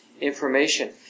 information